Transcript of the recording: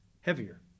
heavier